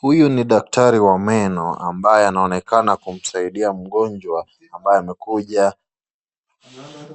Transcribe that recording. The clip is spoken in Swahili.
Huyu ni daktari wa meno ambaye anaonekana kumsaidia mgonjwa ambaye amekuja